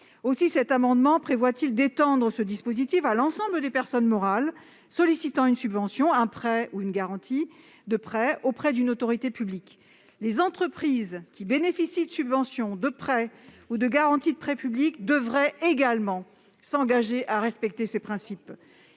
Aussi proposons-nous d'étendre ce dispositif à l'ensemble des personnes morales sollicitant une subvention, un prêt ou une garantie de prêt auprès d'une autorité publique. Les entreprises qui bénéficient de subventions, de prêts ou de garanties de prêts publics devraient également s'engager à respecter ces principes.